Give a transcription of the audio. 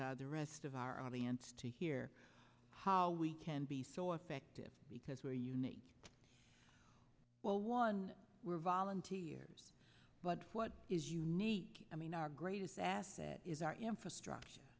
like the rest of our audience to hear how we can be so effective because we're unique well one we're volunteers but what is unique i mean our greatest asset is our infrastructure